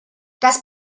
das